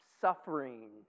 suffering